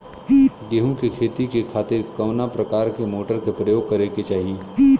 गेहूँ के खेती के खातिर कवना प्रकार के मोटर के प्रयोग करे के चाही?